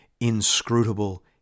inscrutable